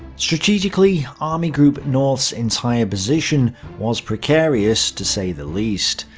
strategically army group north's entire position was precarious to say the least.